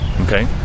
Okay